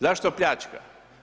Zašto pljačka?